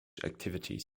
activities